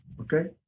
okay